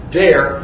dare